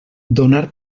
donar